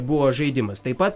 buvo žaidimas taip pat